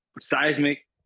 seismic